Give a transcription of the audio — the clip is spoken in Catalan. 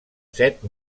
set